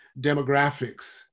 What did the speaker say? demographics